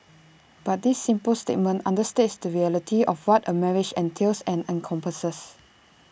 but this simple statement understates the reality of what A marriage entails and encompasses